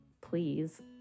please